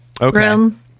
room